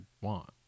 want